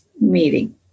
meeting